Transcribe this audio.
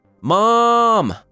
Mom